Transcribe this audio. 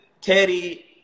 Teddy